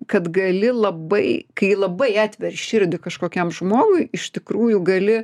kad gali labai kai labai atveri širdį kažkokiam žmogui iš tikrųjų gali